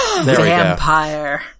Vampire